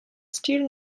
stil